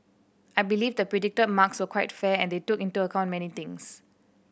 I believe the predicted marks were quite fair and they took into account many things